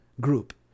group